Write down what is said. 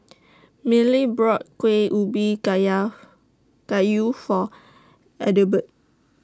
Millie brought Kuih Ubi Kaya Kayu For Adelbert